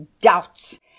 doubts